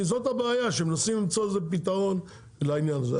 כי זו הבעיה, שמנסים למצוא לזה פתרון לעניין הזה.